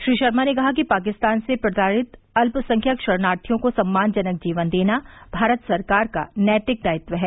श्री शर्मा ने कहा कि पाकिस्तान से प्रताड़ित अल्पसंख्यक शरणार्थियों को सम्मानजनक जीवन देना भारत सरकार का नैतिक दायित्व है